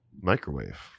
Microwave